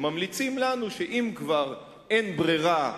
שממליצים לנו שאם כבר אין ברירה,